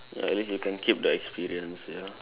ya at least you can keep the experience ya